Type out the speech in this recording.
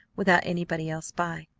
without anybody else by.